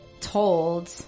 told